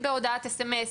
הן בהודעות S.M.S,